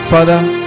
Father